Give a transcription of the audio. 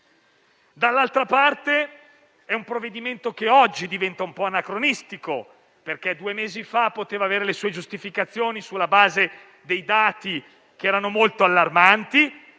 Tra l'altro, questo provvedimento oggi diventa un po' anacronistico, perché due mesi fa poteva avere le sue giustificazioni sulla base dei dati molto allarmanti